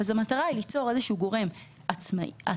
המטרה היא ליצור גורם עצמאי,